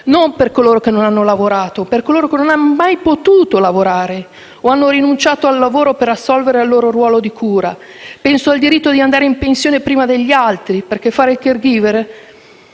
non coloro che non hanno lavorato, ma coloro che non hanno mai potuto lavorare o hanno rinunciato al lavoro per assolvere al loro ruolo di cura. Penso al diritto di andare in pensione prima degli altri, perché fare il *caregiver*